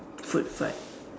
food fight